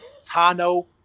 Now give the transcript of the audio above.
Tano